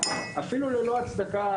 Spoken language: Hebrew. אפילו ללא הצדקה,